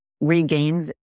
regains